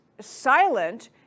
silent